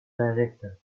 director